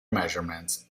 measurements